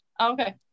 okay